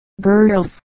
girls